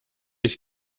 ich